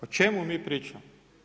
O čemu mi pričamo?